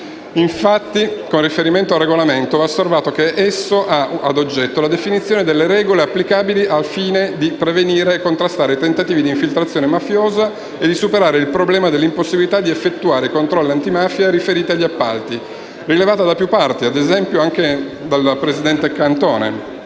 Infine, con riferimento al regolamento, va osservato che esso ha ad oggetto la definizione delle regole applicabili al fine di prevenire e contrastare i tentativi di infiltrazione mafiosa e di superare il problema dell'impossibilità di effettuare i controlli antimafia riferiti agli appalti, rilevata da più parti, ad esempio anche dal presidente